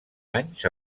anys